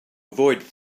avoid